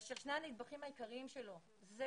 כאשר שני הנדבכים העיקריים שלו זה